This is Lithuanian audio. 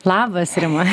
labas rima